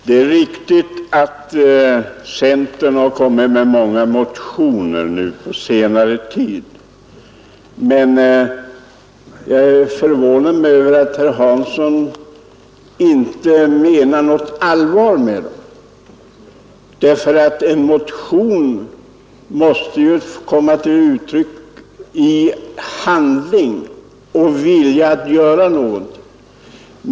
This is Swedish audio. Herr talman! Det är riktigt sagt att centern på senare tid kommit med många motioner. Men jag förvånar mig över att herr Hansson i Skegrie inte menar allvar med dem. En motion måste ju leda till handling och bygga på vilja att göra någonting.